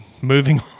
moving